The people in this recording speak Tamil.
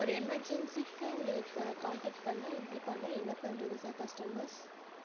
ஒரு எமர்ஜென்சிக்கு உங்களுக்கு கான்டெக்ட் பண்ணால் இப்படி பண்ணால் என்ன பண்ணுறது சார் கஸ்டமர்ஸ்